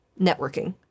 networking